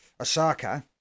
Osaka